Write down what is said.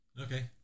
Okay